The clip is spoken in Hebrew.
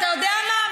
אתה יודע מה?